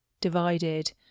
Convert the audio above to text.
divided